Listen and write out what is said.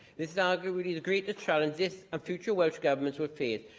this is arguably the the greatest challenge this and future welsh governments will face.